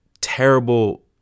terrible